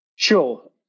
Sure